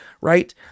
right